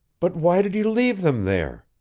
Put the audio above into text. but why did you leave them there?